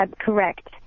Correct